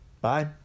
Bye